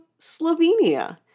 Slovenia